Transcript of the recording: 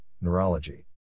Neurology